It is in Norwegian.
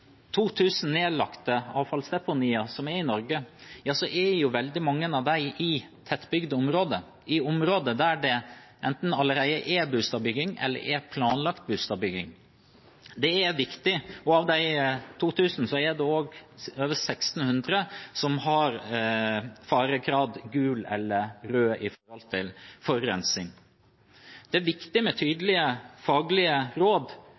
nedlagte avfallsdeponiene som er i Norge, er veldig mange i tettbygde områder, i områder der det allerede enten er boligbygging, eller er planlagt boligbygging. Av de 2 000 er det over 1 600 som har faregrad gul eller rød når det gjelder forurensning. Det er viktig med tydelige, faglige råd